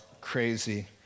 crazy